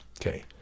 Okay